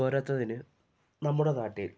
പോരത്തതിന് നമ്മുടെ നാട്ടിൽ